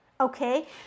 Okay